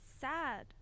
sad